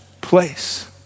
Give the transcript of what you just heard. place